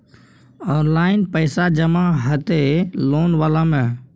Online पैसा जमा हते लोन वाला में?